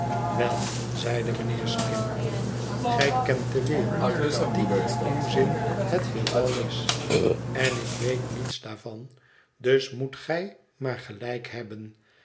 wel zeide mijnheer skimpole gij kent de wereld die in uw zin het heelal is en ik weet niets daarvan dus moet gij maar gelijk hebben